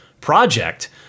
project